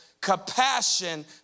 compassion